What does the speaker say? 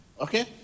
Okay